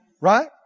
Right